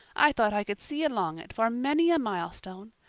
i thought i could see along it for many a milestone.